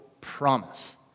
promise